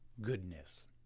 goodness